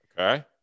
Okay